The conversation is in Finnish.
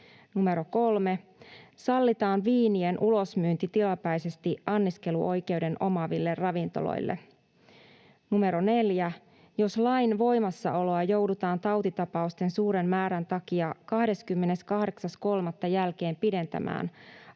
3) Sallitaan viinien ulosmyynti tilapäisesti anniskeluoikeuden omaaville ravintoloille. 4) Jos lain voimassaoloa joudutaan tautitapausten suuren määrän takia 28.3. jälkeen pidentämään,